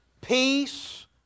peace